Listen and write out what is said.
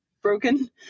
broken